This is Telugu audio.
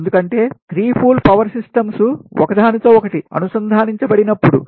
ఎందుకంటే 3 పూల్ పవర్ సిస్టమ్స్ ఒక దానితో ఒకటి అనుసంధానించబడినప్పుడు